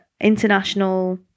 international